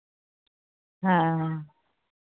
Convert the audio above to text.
ᱦᱮᱸ ᱦᱮᱸ